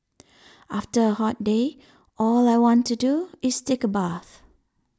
after a hot day all I want to do is take a bath